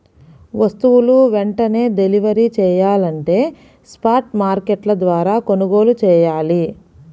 వస్తువులు వెంటనే డెలివరీ చెయ్యాలంటే స్పాట్ మార్కెట్ల ద్వారా కొనుగోలు చెయ్యాలి